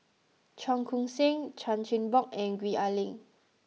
Cheong Koon Seng Chan Chin Bock and Gwee Ah Leng